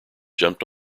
jumped